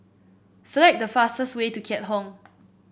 select the fastest way to Keat Hong